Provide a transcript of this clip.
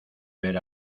ver